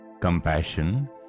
Compassion